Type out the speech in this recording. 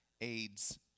aids